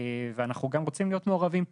ואנחנו גם רוצים להיות מעורבים פה.